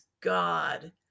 God